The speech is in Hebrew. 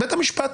בית המשפט.